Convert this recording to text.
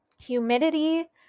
humidity